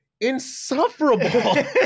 insufferable